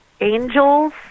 angels